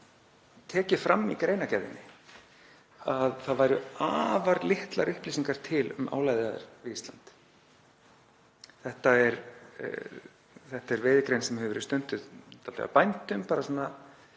tekið fram í greinargerðinni að það væru afar litlar upplýsingar til um álaveiðar við Ísland. Þetta er veiðigrein sem hefur verið stunduð dálítið af